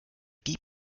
gib